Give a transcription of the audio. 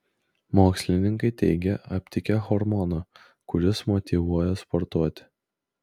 mokslininkai teigia aptikę hormoną kuris motyvuoja sportuoti